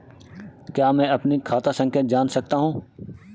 क्या मैं अपनी खाता संख्या जान सकता हूँ?